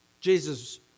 Jesus